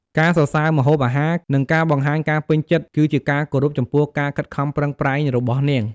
ការសរសើរម្ហូបអាហារ និងការបង្ហាញការពេញចិត្ត គឺជាការគោរពចំពោះការខិតខំប្រឹងប្រែងរបស់នាង។